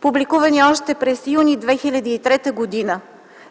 публикувани още през м. юни 2003 г.,